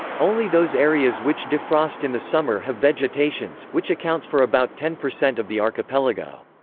only those areas which defrost in the summer have vegetations, which accounts for about ten percent of the archipelago.